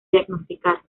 diagnosticar